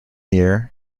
year